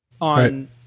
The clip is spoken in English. on